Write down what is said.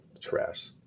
trash